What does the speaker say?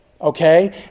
Okay